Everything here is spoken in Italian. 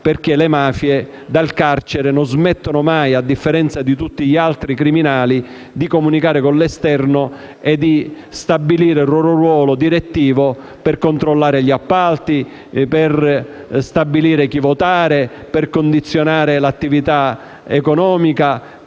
perché dal carcere le mafie non smettono mai, a differenza di tutti gli altri criminali, di comunicare con l'esterno, di stabilire il loro ruolo direttivo per controllare gli appalti, decidere per chi votare, condizionare l'attività economica,